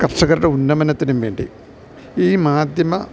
കർഷകരുടെ ഉന്നമനത്തിനുംവേണ്ടി ഈ മാധ്യമ